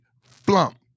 flump